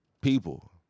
People